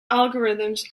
algorithms